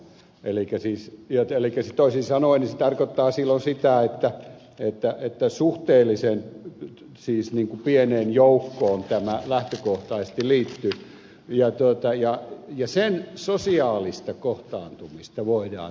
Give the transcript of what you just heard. elikkä siis toisin sanoen se tarkoittaa silloin sitä että suhteellisen pieneen joukkoon tämä lähtökohtaisesti liittyy ja sen sosiaalista kohtaantumista voidaan todella arvostella